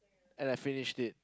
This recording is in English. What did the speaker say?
and I finished it